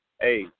Hey